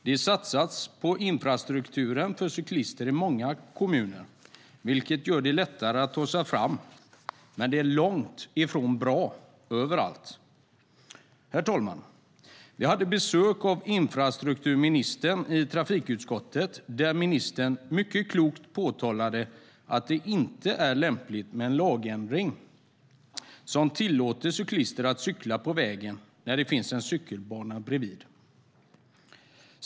Det satsas på infrastrukturen för cyklister i många kommuner, vilket gör det lättare att ta sig fram. Men det är långt ifrån bra överallt. Herr talman! Vi hade besök av infrastrukturministern i trafikutskottet. Där påtalade ministern mycket klokt att det inte är lämpligt med en lagändring som tillåter cyklister att cykla på vägen när det finns en cykelbana bredvid.